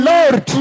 Lord